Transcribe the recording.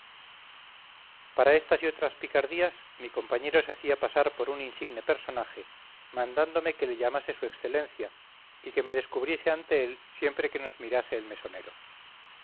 para estas y otras picardías mi compañero se hacía pasar por un insigne personaje mandándome que le llamase su excelencia y que me descubriese ante él siempre que nos mirase el mesonero